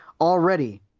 already